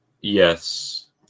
yes